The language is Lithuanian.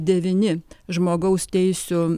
devyni žmogaus teisių